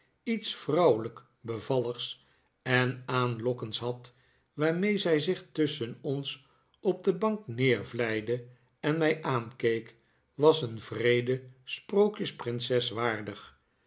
iets vrouwelijk bevalligs en aanlokkends had waarmee zij zich tusschen oris op de bank neervlijde en mij aankeek was een wreede sprookjes prinses waardig